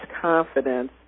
confidence